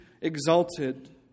exalted